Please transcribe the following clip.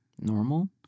normal